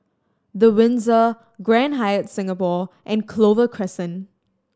The Windsor Grand Hyatt Singapore and Clover Crescent